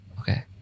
Okay